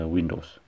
Windows